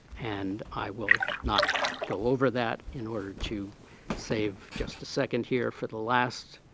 and i will not go over that in order to save just a second here for the last,